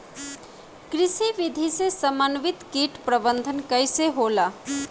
कृषि विधि से समन्वित कीट प्रबंधन कइसे होला?